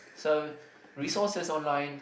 so resources online